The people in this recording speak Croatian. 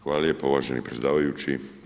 Hvala lijepa uvaženi predsjedavajući.